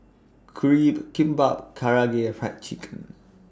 Crepe Kimbap Karaage Fried Chicken